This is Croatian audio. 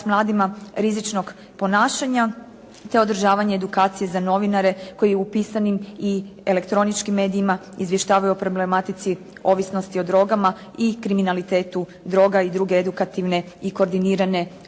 mladima rizičnog ponašanja, te održavanje edukacije za novinare koji u pisanim i elektroničkim medijima izvještavaju o problematici ovisnosti o drogama i kriminalitetu droga i druge edukativne i koordinirane aktivnosti.